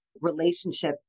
relationship